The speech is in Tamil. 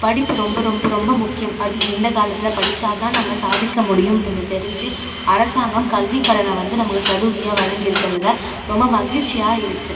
படிப்பு ரொம்ப ரொம்ப ரொம்ப முக்கியம் அது இந்தக் காலத்தில் படிச்சால் தான் நம்ம சாதிக்க முடியும் என்றத தெரிஞ்சு அரசாங்கம் கல்விக் கடனை வந்து நமக்கு சலுகையாக வழங்கி இருக்கிறதுல ரொம்ப மகிழ்ச்சியாக இருக்குது